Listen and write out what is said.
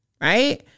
right